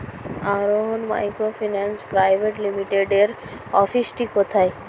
আরোহন microfinance private লিমিটেডের অফিসটি কোথায়?